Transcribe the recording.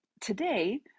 today